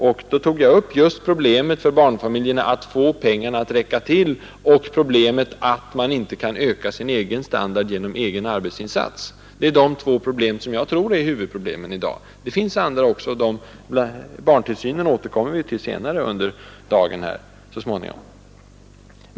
Därför tog jag upp just problemet för barnfamiljerna att få pengarna att räcka till och problemet att man inte kan öka sin standard genom egen arbetsinsats. Det är de två svårigheterna som jag tror är huvudproblemen i dag. Det finns andra också — barntillsynen återkommer vi till senare under dagen.